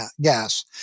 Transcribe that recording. gas